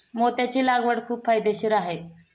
मोत्याची लागवड खूप फायदेशीर आहे